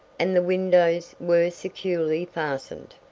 and the windows were securely fastened.